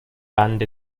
band